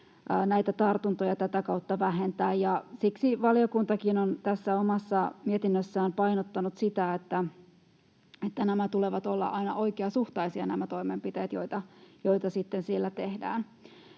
tartuntoja tätä kautta vähentää, ja siksi valiokuntakin on tässä omassa mietinnössään painottanut sitä, että näiden toimenpiteiden, joita siellä sitten tehdään,